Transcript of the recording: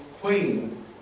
queen